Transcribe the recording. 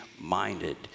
minded